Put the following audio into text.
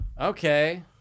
Okay